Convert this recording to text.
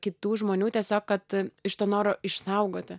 kitų žmonių tiesiog kad iš to noro išsaugoti